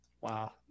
wow